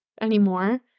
anymore